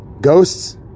ghosts